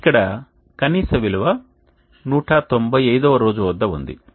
ఇక్కడ కనీస విలువ 195 రోజు వద్ద ఉంది